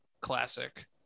Classic